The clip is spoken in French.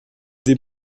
des